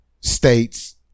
states